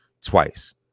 twice